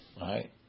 right